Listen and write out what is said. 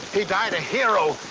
he died a hero.